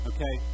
Okay